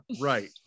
Right